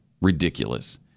ridiculous